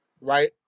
right